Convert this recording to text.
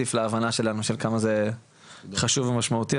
מוסיף להבנה שלנו של כמה זה חשוב ומשמעותי,